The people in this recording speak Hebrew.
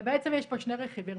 ובעצם יש פה שני רכיבים.